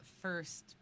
first